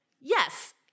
Yes